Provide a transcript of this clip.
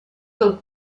del